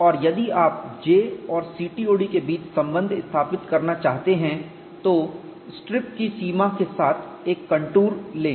और यदि आप J और CTOD के बीच संबंध स्थापित करना चाहते हैं तो स्ट्रिप की सीमा के साथ एक कंटूर लें